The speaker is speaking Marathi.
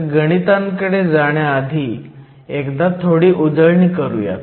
तर गणितांकडे जाण्याआधी एकदा थोडी उजळणी करूयात